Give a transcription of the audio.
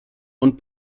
und